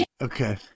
Okay